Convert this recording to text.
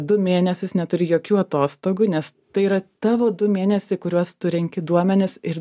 du mėnesius neturi jokių atostogų nes tai yra tavo du mėnesiai kuriuos tu renki duomenis ir